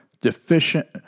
deficient